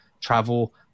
travel